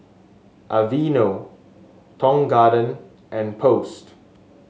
Aveeno Tong Garden and Post